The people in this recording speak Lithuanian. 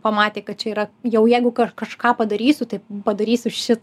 pamatė kad čia yra jau jeigu kad kažką padarysiu tai padarysiu šitą